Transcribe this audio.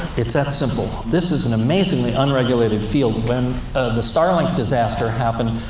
it's that simple. this is an amazingly unregulated field. when the starlink disaster happened,